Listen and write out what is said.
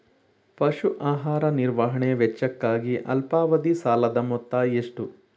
ಪಶು ಆಹಾರ ನಿರ್ವಹಣೆ ವೆಚ್ಚಕ್ಕಾಗಿ ಅಲ್ಪಾವಧಿ ಸಾಲದ ಮೊತ್ತ ಎಷ್ಟು?